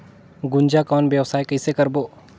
गुनजा कौन व्यवसाय कइसे करबो?